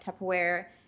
Tupperware